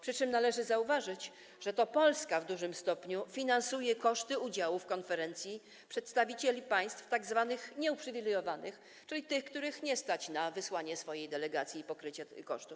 Przy czym należy zauważyć, że to Polska w dużym stopniu finansuje koszty udziału w konferencji przedstawicieli państw tzw. nieuprzywilejowanych, czyli tych, których nie stać na wysłanie swojej delegacji i pokrycie związanych z tym kosztów.